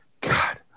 God